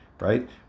right